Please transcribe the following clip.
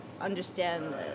understand